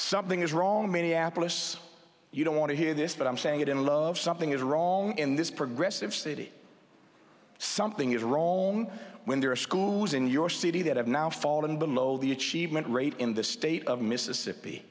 something is wrong minneapolis you don't want to hear this but i'm saying it in love something is wrong in this progressive city something is wrong when there are schools in your city that have now fallen below the achievement rate in the state of mississippi